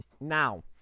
Now